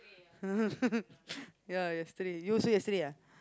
ya yesterday you also yesterday ah